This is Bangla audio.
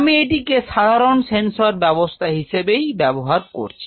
আমি এটিকে সাধারণ সেন্সর ব্যাবস্থা হিসেবেই ব্যবহার করছি